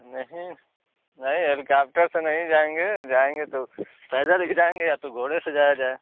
नहीं नहीं हेलीकॉप्टर से नहीं जाएँगे जाएँगे तो पैदल ही जाएँगे या तो घोड़े से जाया जाए